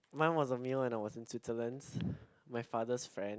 mine was a meal and I was in Switzerland my father's friend